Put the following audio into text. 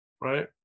right